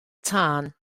tân